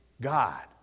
God